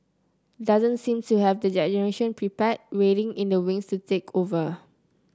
doesn't seem to have that generation prepared waiting in the wings to take over